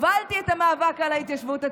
הובלתי את המאבק על ההתיישבות הצעירה,